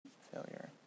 Failure